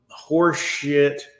horseshit